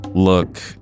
Look